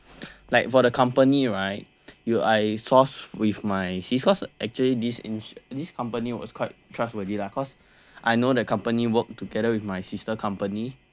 like for the company right you I source with my sis cause actually this in this company was quite trustworthy lah cause I know the company work together with my sister company